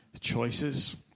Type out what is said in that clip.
choices